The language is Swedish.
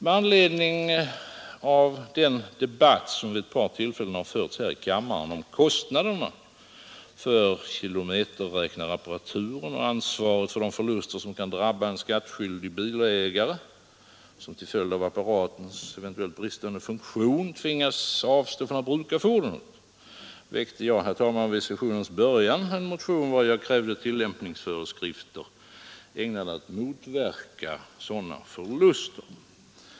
På grund av den debatt som vid ett par tillfällen har förts här i kammaren om kostnaderna för kilometerräknarapparaturen och ansvaret för de förluster som kan drabba en skattskyldig bilägare, som till följd av apparaturens bristande funktion tvingas att avstå från att bruka fordonet, väckte jag vid sessionens början en motion vari jag krävde tillämpningsföreskrifter, ägnade att motverka sådana förluster.